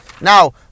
Now